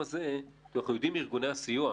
אנחנו יודעים מארגוני הסיוע,